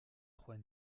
trois